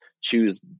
choose